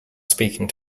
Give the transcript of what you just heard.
speaking